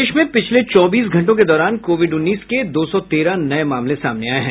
प्रदेश में पिछले चौबीस घंटों के दौरान कोविड उन्नीस के दो सौ तेरह नये मामले सामने आये हैं